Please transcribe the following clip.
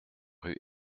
rue